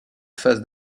phase